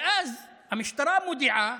ואז המשטרה מודיעה